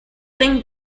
think